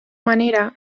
manera